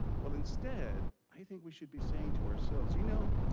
well, instead i think we should be saying to ourselves, you know,